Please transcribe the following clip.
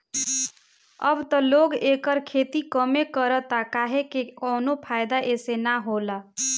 अब त लोग एकर खेती कमे करता काहे से कवनो फ़ायदा एसे न होला